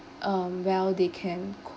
um well they can